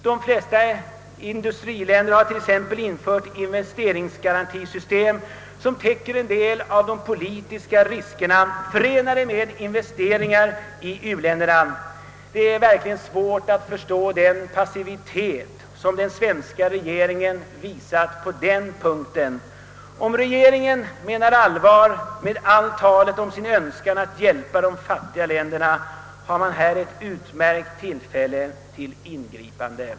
De flesta industriländer har t.ex. infört investeringsgarantisystem, som täcker en del av de politiska risker som är förenade med investeringar i u-länderna. Det är verkligen svårt att förstå den passivitet som den svenska regeringen visar på den punkten. Om regeringen menar allvar med allt tal om sin önskan att hjälpa de fattiga länderna finns det här ett utmärkt tillfälle till ingripande.